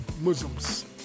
muslims